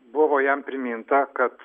buvo jam priminta kad